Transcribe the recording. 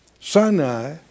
Sinai